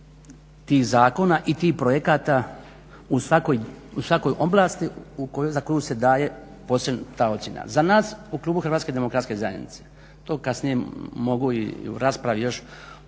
tih zakona i tih projekata u svakoj ovlasti za koju se daje posebno ta ocjena. Za nas u klubu HDZ-a to kasnije mogu i u raspravi još